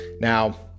Now